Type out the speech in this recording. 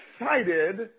excited